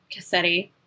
Cassetti